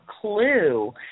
clue